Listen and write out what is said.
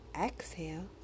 exhale